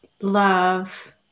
Love